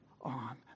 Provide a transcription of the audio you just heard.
on